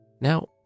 Now